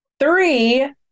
Three